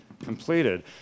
completed